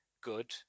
good